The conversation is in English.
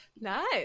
nice